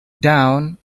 dawn